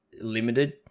limited